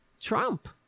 Trump